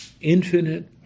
infinite